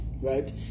right